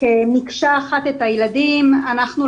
אז בואו נדבר על הצעדים הללו.